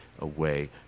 away